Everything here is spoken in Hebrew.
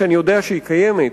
שאני יודע שהיא קיימת,